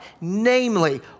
Namely